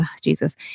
Jesus